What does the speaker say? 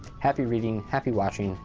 happy reading, happy watching,